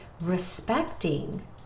respecting